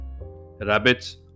Rabbits